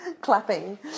clapping